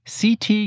CT